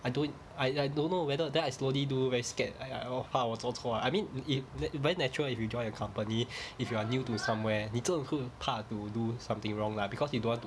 I don't I I don't know whether then I slowly do very scared I or how 我做错 I mean if but very natural if you join a company if you are new to somewhere 你真的会怕 to do something wrong lah because you don't want to